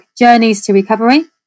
JourneysToRecovery